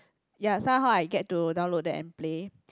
ya somehow I get to download that and play